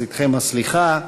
אתכם הסליחה,